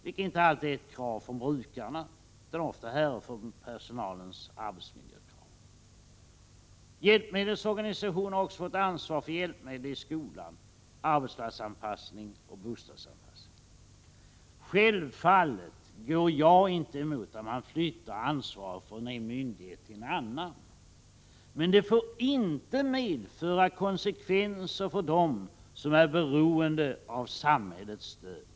Detta har inte alltid krävts av brukarna, utan detta krav härrör ofta från personalens arbetsmiljökrav. Hjälpmedelsorganisationen har också fått anslag för hjälpmedel i skolan, arbetsplatsanpassning och bostadsanpassning. Självfallet går jag inte emot att man flyttar ansvaret från en myndighet till en annan. Men det får inte medföra konsekvenser för dem som är beroende av samhällets stöd.